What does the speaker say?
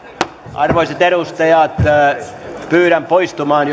arvoisat edustajat pyydän poistumaan